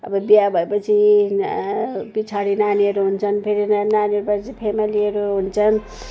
अब बिहा भएपछि पछाडि नानीहरू हुन्छन् फेरि नानीहरू भएपछि फ्यामिलीहरू हुन्छन्